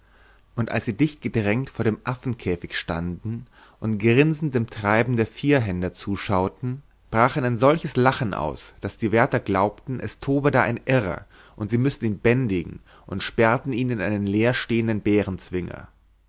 und als sie dichtgedrängt vor dem affenkäfig standen und grinsend dem treiben der vierhänder zuschauten brach er in ein solches lachen aus daß die wärter glaubten es tobe da ein irrer und sie müßten ihn bändigen und sperrten ihn in einen leer stehenden